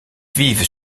vivent